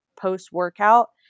post-workout